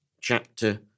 chapter